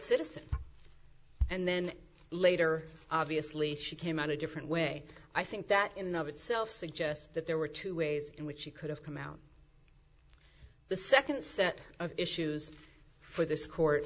citizen and then later obviously she came out a different way i think that in of itself suggests that there were two ways in which she could have come out the second set of issues for this court